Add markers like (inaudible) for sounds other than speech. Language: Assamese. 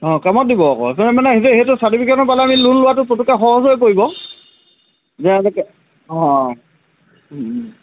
অঁ কামত দিব আকৌ (unintelligible) মানে সেইটো সেইটো চাৰ্টিফিকেটখন পালে আমি লোন লোৱাটো পটককে সহজ হৈ পৰিব যে এনেকে অঁ অঁ অঁ